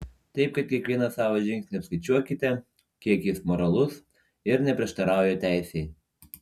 taip kad kiekvieną savo žingsnį apskaičiuokite kiek jis moralus ir neprieštarauja teisei